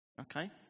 okay